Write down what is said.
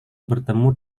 bertemu